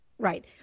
Right